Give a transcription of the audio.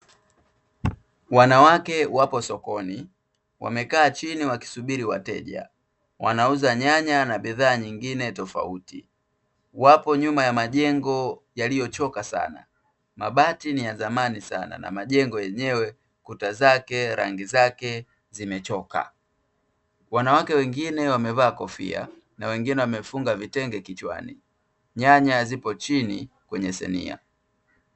Wanawake wapo sokoni, wamekaa chini wakisubiri wateja, wanauza nyanya na bidhaa nyingine tofauti. Wapo nyuma ya majengo yaliyochoka sana. Mabati ni ya zamani sana na majengo yenyewe kuta zake, rangi zake zimechoka. Wanawake wengine wamevaa kofia na wengine wamefunga vitenge kichwani. Nyanya ziko chini kwenye sinia.